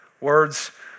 Words